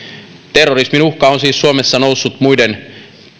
terrorismin uhka on siis suomessa noussut muiden